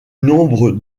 nombre